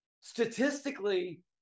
Statistically